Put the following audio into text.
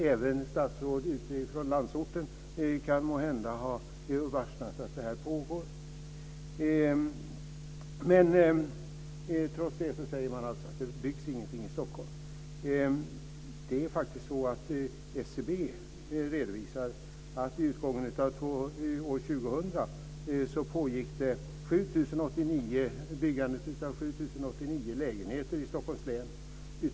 Även statsråd från landsorten kan måhända ha varsnat att det pågår ett byggande. Trots detta säger man att det inte byggs någonting i Stockholm. SCB redovisar att vid utgången av 2000 pågick det ett byggande av 7 089 lägenheter i Stockholms län.